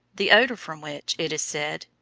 the odour from which, it is said,